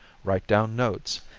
write down notes,